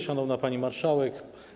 Szanowna Pani Marszałek!